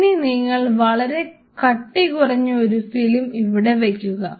ഇനി നിങ്ങൾ വളരെ കട്ടികുറഞ്ഞ ഒരു ഫിലിം ഇവിടെ വയ്ക്കുക